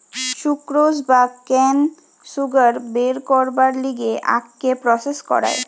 sucrose বা cane sugar বের করবার লিগে আখকে প্রসেস করায়